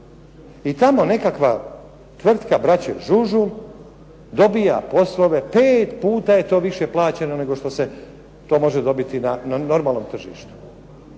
I tamo nekakva tvrtka braće Žužul dobija poslove, pet puta je to više plaćeno nego što se to može dobiti na normalnom tržištu.